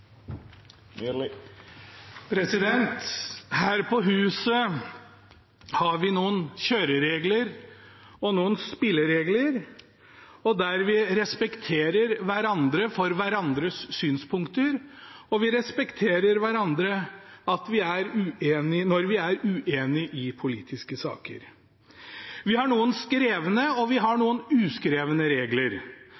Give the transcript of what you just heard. ute. Her på huset har vi noen kjøreregler og noen spilleregler, der vi respekterer hverandre for hverandres synspunkter og respekterer hverandre når vi er uenige i politiske saker. Vi har noen skrevne og